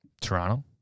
Toronto